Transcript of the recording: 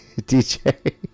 DJ